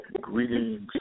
Greetings